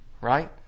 right